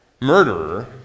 murderer